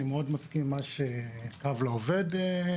אני מסכים מאוד עם מה שנציגת קו לעובד ציינה,